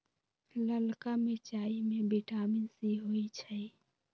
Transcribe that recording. ललका मिरचाई में विटामिन सी होइ छइ